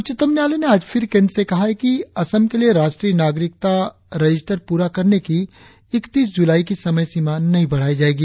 उच्चतम न्यायालय ने आज फिर केंद्र से कहा है कि असम के लिए राष्ट्रीय नागरिकता रजिस्टर पूरा करने की एकतीस जुलाई की समय सीमा नहीं बढ़ायी जायेगी